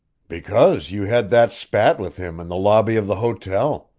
because you had that spat with him in the lobby of the hotel,